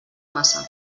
massa